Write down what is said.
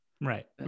Right